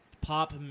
pop